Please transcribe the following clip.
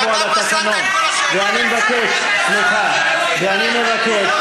פסלת את כל השאלות, ואני מבקש, סליחה, ואני מבקש,